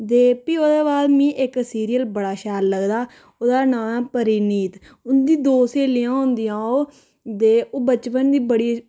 ते फ्ही ओह्दे बाद मिगी इक सीरियल बड़ा शैल लगदा ओह्दा नांऽ ऐ परिणीत उंदी दो स्हेलियां होंदियां ओह् ते ओह् बचपन दी बड़ी